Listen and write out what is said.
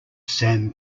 sam